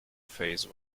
phase